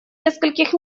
нескольких